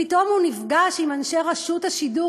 פתאום הוא נפגש עם אנשי רשות השידור.